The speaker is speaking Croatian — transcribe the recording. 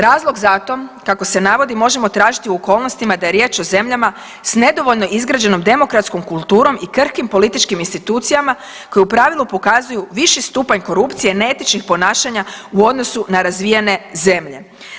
Razlog za to kako se navodi možemo tražiti u okolnostima da je riječ o zemljama s nedovoljno izgrađenom demokratskom kulturom i krhkim političkim institucijama koje u pravilu pokazuju viši stupanj korupcije, neetičnih ponašanja u odnosu na razvijene zemlje.